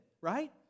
right